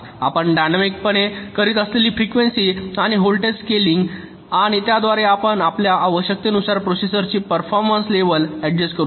आपण डायनॅमिक पणे करत असलेली फ्रिकवेंसी आणि व्होल्टेज स्केलिंग आणि त्याद्वारे आपण आपल्या आवश्यकतेनुसार प्रोसेसरची परफॉर्मन्स लेवल अड्जस्ट करू शकता